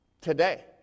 Today